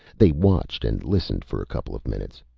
they watched and listened for a couple of minutes.